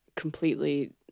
completely